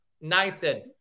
Nathan